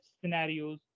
scenarios